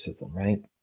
right